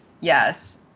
yes